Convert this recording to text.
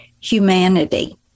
humanity